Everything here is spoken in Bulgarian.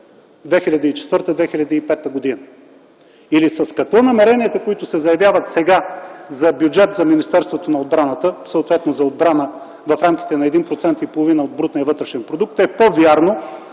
2004-2005 г.? Или с какво намеренията, които се заявяват сега за бюджет за Министерството на отбраната, съответно за отбрана в рамките на 1,5% от брутния вътрешен продукт, е по-вярно